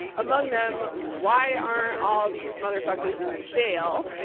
among them why aren't all these motherfuckers in jail?